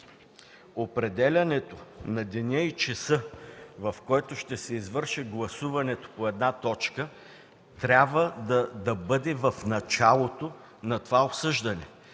определянето на деня и часа, в който ще се извърши гласуването по една точка, трябва да бъде в началото на това обсъждане,